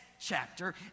chapter